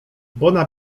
bona